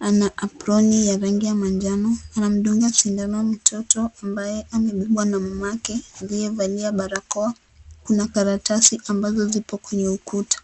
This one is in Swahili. ana abloni ya rangi ya manjano anamdunga sindano mtoto ambaye amebebwa na mamake aliyevalia barakoa kuna karatasi ambazo zipo kwenye ukuta .